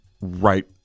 right